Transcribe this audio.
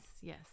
yes